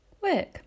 work